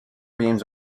beams